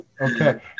Okay